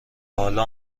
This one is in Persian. حالا